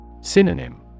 Synonym